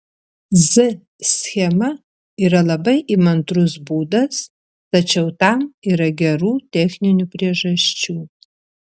z schema yra labai įmantrus būdas tačiau tam yra gerų techninių priežasčių